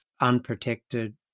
unprotected